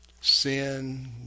Sin